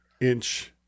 inch